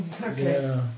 Okay